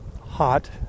hot